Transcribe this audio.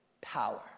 power